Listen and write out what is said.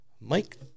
Mike